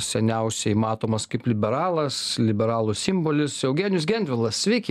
seniausiai matomas kaip liberalas liberalų simbolis eugenijus gentvilas sveiki